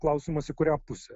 klausimas į kurią pusę